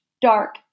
dark